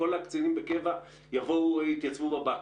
כל הקצינים בקבע יתייצבו בבקו"ם.